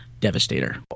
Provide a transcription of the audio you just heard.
Devastator